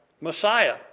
Messiah